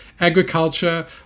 agriculture